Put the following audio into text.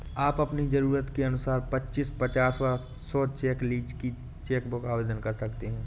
आप अपनी जरूरत के अनुसार पच्चीस, पचास व सौ चेक लीव्ज की चेक बुक आवेदन कर सकते हैं